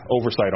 oversight